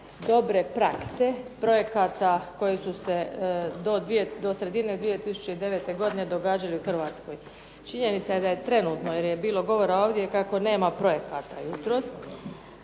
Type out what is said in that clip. dobre prakse projekata koji su se do sredine 2009. godine događali u Hrvatskoj. Činjenica je da je trenutno, jer je bilo govora ovdje kako nema projekata i,